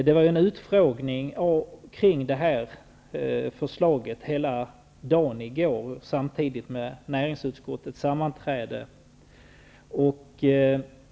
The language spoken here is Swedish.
Det var ju en utfrågning kring detta förslag som pågick hela dagen i går, samtidigt med näringsutskottets sammanträde.